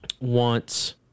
wants